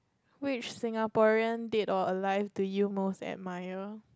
which Singaporean dead or alive do you most admire